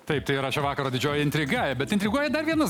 taip tai yra šio vakaro didžioji intriga bet intriguoja dar vienas